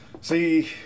See